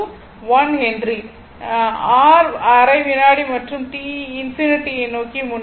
இது அரை வினாடி மற்றும் t ∞ யை நோக்கி முனைகிறது